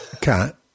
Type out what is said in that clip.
Cat